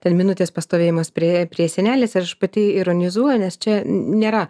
ten minutės pastovėjimas priėję prie sienelės ir aš pati ironizuoju nes čia nėra